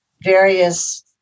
various